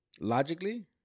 Logically